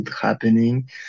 happening